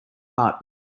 hut